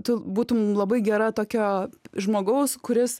tu būtum labai gera tokio žmogaus kuris